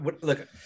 Look